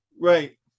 right